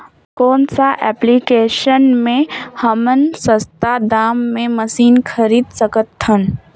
कौन सा एप्लिकेशन मे हमन सस्ता दाम मे मशीन खरीद सकत हन?